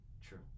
True